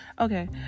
Okay